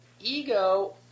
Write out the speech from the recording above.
Ego